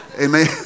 Amen